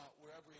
wherever